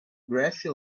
grassy